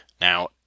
Now